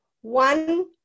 one